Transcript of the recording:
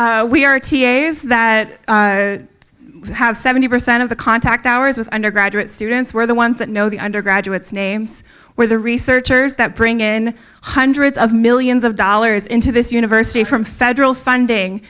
washington we are t a s that have seventy percent of the contact hours with undergraduate students were the ones that know the undergraduates names where the researchers that bring in hundreds of millions of dollars into this university from federal funding